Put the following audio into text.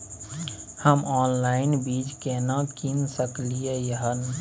हम ऑनलाइन बीज केना कीन सकलियै हन?